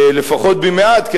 לפחות במעט,